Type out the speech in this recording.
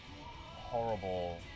horrible